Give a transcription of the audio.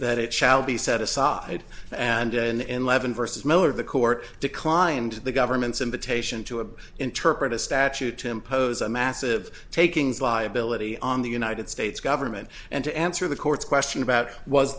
that it shall be set aside and levin versus miller the court declined the government's invitation to a interpret a statute to impose a massive takings liability on the united states government and to answer the court's question about was